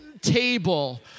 table